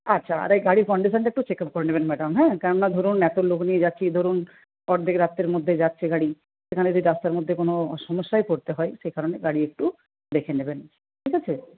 আচ্ছা আর এ গাড়ির কন্ডিশনটা একটু চেক আপ করে নেবেন ম্যাডাম হ্যাঁ কেননা ধরুন এত লোক নিয়ে যাচ্ছি ধরুন অর্ধেক রাত্রের মধ্যে যাচ্ছে গাড়ি সেখানে যদি রাস্তার মধ্যে কোনো সমস্যায় পড়তে হয় সে কারণে গাড়ি একটু দেখে নেবেন ঠিক আছে